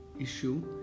issue